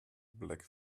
black